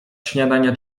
śniadania